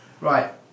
Right